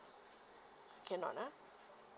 cannot ah